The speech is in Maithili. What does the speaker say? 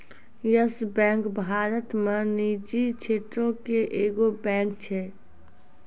यस बैंक भारत मे निजी क्षेत्रो के एगो बैंक छै